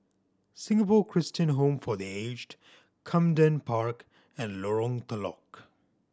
Singapore Christian Home for The Aged Camden Park and Lorong Telok